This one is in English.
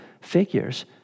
figures